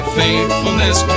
faithfulness